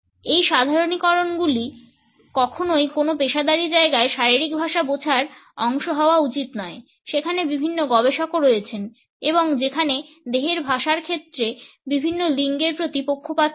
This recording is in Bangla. এই সাধারণীকরণগুলি কখনই কোনো পেশাদারী জায়গায় শারীরিক ভাষা বোঝার অংশ হওয়া উচিত নয় সেখানে বিভিন্ন গবেষকও রয়েছেন এবং যেখানে দেহের ভাষার ক্ষেত্রে বিভিন্ন লিঙ্গের প্রতি পক্ষপাত রয়েছে